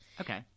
Okay